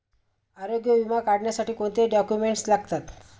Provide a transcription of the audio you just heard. आरोग्य विमा काढण्यासाठी कोणते डॉक्युमेंट्स लागतात?